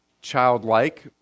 childlike